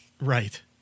Right